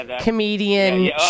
comedian